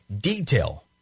detail